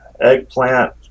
eggplant